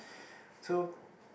so